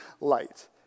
light